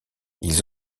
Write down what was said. ils